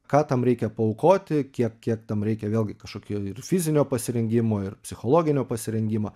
ką tam reikia paaukoti kiek kiek tam reikia vėlgi kažkokio ir fizinio pasirengimo ir psichologinio pasirengimo